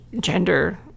gender